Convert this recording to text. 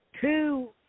two